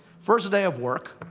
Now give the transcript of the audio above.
first day of work,